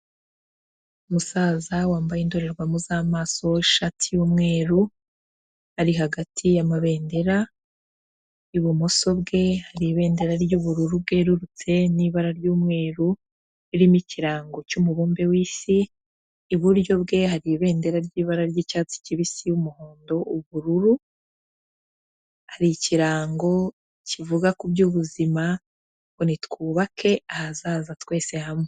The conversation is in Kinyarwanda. Umusaza wambaye indorerwamu z'amaso, ishati y'umweru, ari hagati y'amabendera ibumoso bwe hari Ibendera ry'ubururu bwerurutse n'ibara ry'umweru ririmo ikirango cy'Umubumbe w'Isi, iburyo bwe hari Ibendera ry'ibara ry'icyatsi kibisi ,umuhondo, ubururu, hari ikirango kivuga ku by'ubuzima ngo ni twubake ahazaza twese hamwe.